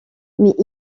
mais